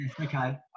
okay